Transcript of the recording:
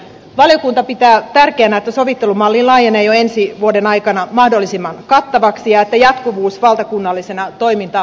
valiokunta pitää tärkeänä että sovittelumalli laajenee jo ensi vuoden aikana mahdollisimman kattavaksi ja että jatkuvuus valtakunnallisena toimintamallina turvataan